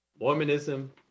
mormonism